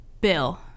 bill